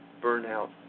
Burnout